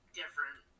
different